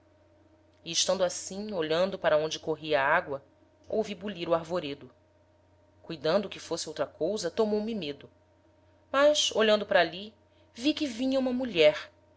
e estando assim olhando para onde corria a agoa ouvi bulir o arvoredo cuidando que fosse outra cousa tomou-me medo mas olhando para ali vi que vinha uma mulher